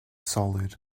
solid